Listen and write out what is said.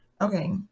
okay